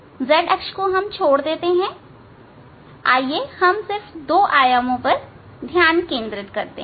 z अक्ष को छोड़ देते हैं आइए हम सिर्फ 2 आयामों पर ध्यान केंद्रित करते हैं